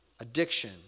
addiction